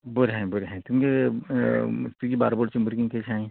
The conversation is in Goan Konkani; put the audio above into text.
बोरी आहाय बोरी आहाय तुमगे तुगे बारबोरचीं भुरगीं केशीं आहाय